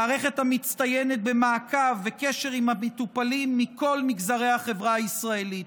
מערכת המצטיינת במעקב וקשר עם המטופלים מכל מגזרי החברה הישראלית.